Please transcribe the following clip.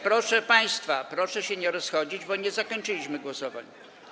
Proszę państwa, proszę się nie rozchodzić, bo nie zakończyliśmy głosowań.